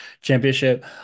Championship